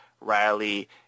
Riley